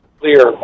clear